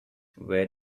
where